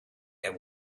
and